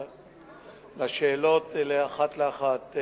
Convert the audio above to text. השאלות אחת לאחת.